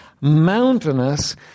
mountainous